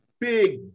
Big